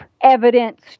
evidence